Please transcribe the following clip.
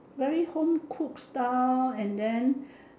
very home-cooked style and then